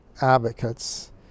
advocates